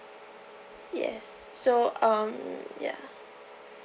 yes so um ya